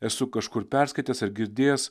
esu kažkur perskaitęs ar girdėjęs